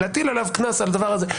להטיל עליו קנס על הדבר הזה?